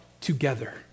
together